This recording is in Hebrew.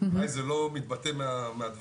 אולי זה לא מתבטא מהדברים,